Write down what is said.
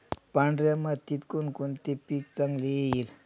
पांढऱ्या मातीत कोणकोणते पीक चांगले येईल?